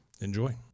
Enjoy